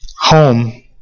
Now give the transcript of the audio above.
home